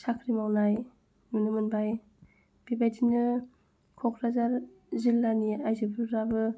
साख्रि मावनाय नुनो मोनबाय बिबादिनो क'क्राझार जिज्लानि आयजोफोराबो